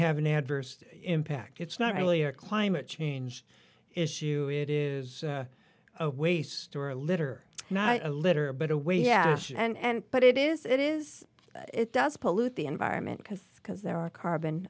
have an adverse impact it's not really a climate change issue it is a waste or a litter not a litter but a way yeah and but it is it is it does pollute the environment because because there are carbon